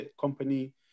company